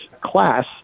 class